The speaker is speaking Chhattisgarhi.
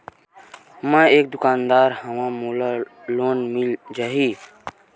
मै एक दुकानदार हवय मोला लोन मिल जाही?